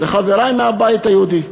לחברי מהבית היהודי.